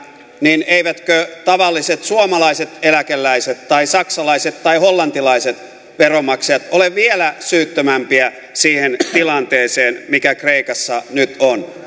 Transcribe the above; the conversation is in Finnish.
niin eivätkö tavalliset suomalaiset eläkeläiset tai saksalaiset tai hollantilaiset veronmaksajat ole vielä syyttömämpiä siihen tilanteeseen mikä kreikassa nyt on